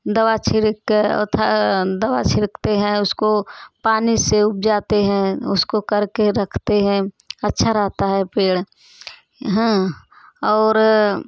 दवा छिड़के ओ था दवा छिड़कते हैं उसको पानी से उपजाते हैं उसको करके रखते हैं अच्छा रहता है पेड़ हैं और